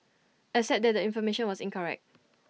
except that the information was incorrect